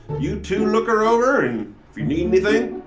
you two look her over, and if you need anything,